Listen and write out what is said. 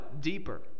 deeper